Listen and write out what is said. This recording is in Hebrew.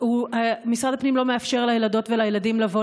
משרד הפנים לא מאפשר לילדות ולילדים לבוא